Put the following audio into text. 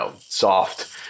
soft